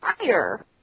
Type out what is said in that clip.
fire